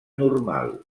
normal